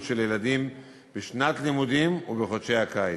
של ילדים בשנת הלימודים ובחודשי הקיץ.